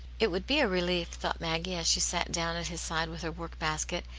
it would be a relief, thought maggie, as she sat down at his side with her work-basket,